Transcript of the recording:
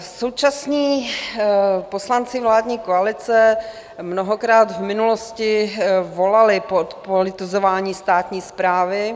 Současní poslanci vládní koalice mnohokrát v minulosti volali po zpolitizování státní správy.